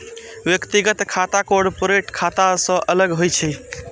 व्यक्तिगत खाता कॉरपोरेट खाता सं अलग होइ छै